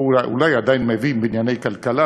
או אולי עדיין מבין, בענייני כלכלה.